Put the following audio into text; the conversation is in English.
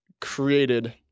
created